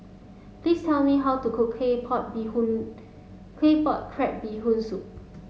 please tell me how to cook Claypot Bee Hoon Claypot crab Bee Hoon soup